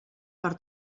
per